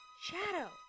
shadow